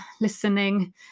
listening